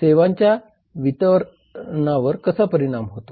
सेवांच्या वितरणावर कसा परिणाम होतो